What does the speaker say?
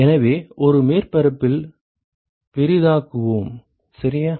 எனவே ஒரு மேற்பரப்பில் பெரிதாக்குவோம் சரியா